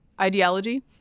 ideology